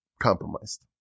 compromised